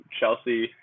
Chelsea